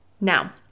Now